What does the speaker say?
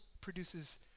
produces